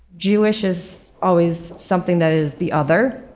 jewish is always something that is the other,